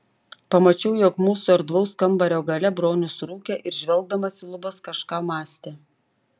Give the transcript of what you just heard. pamačiau jog mūsų erdvaus kambario gale bronius rūkė ir žvelgdamas į lubas kažką mąstė